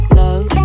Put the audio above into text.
love